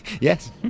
Yes